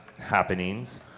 happenings